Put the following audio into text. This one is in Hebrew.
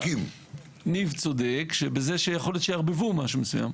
ניב צודק שיכול להיות שיערבבו משהו מסוים.